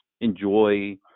enjoy